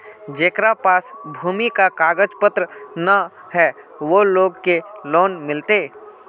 जेकरा पास भूमि का कागज पत्र न है वो लोग के लोन मिलते?